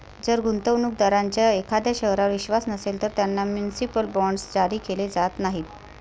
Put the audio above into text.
जर गुंतवणूक दारांचा एखाद्या शहरावर विश्वास नसेल, तर त्यांना म्युनिसिपल बॉण्ड्स जारी केले जात नाहीत